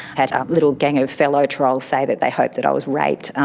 had a little gang of fellow trolls say that they hope that i was raped,